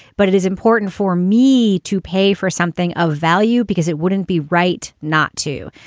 but it is important for me to pay for something of value because it wouldn't be right not to.